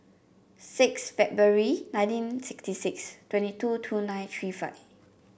six February nineteen sixty six twenty two two nine three five